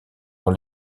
dans